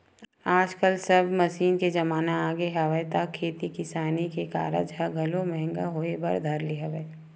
आजकल सब मसीन के जमाना आगे हवय त खेती किसानी के कारज ह घलो महंगा होय बर धर ले हवय